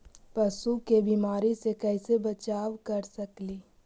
पशु के बीमारी से कैसे बचाब कर सेकेली?